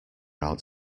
out